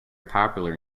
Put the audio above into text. popular